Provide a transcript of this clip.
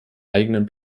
eigenen